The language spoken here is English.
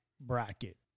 bracket